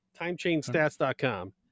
timechainstats.com